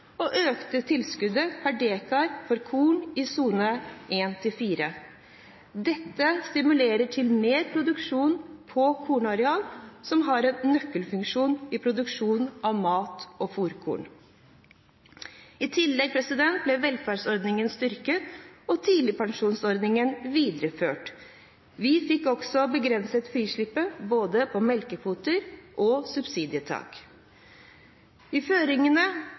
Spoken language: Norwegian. og økte tilskuddet per dekar korn i sone 1–4. Dette stimulerer til mer produksjon på kornarealer, som har en nøkkelfunksjon i produksjonen av mat- og fôrkorn. I tillegg ble velferdsordningene styrket og tidligpensjonsordningen videreført. Vi fikk også begrenset frislippet av både melkekvoter og subsidietak. I føringene